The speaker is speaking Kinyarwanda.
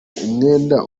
umwenda